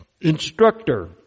instructor